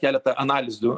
keletą analizių